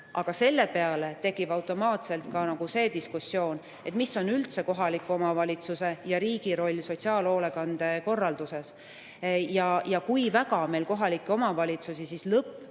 aga selle peale tekib automaatselt ka see diskussioon, mis on üldse kohaliku omavalitsuse ja riigi roll sotsiaalhoolekande korralduses ja kui väga meil kohalikke omavalitsusi siis